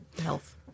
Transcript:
health